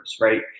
right